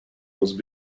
must